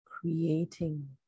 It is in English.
Creating